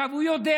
הוא יודע.